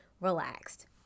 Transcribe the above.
relaxed